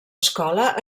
escola